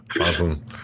Awesome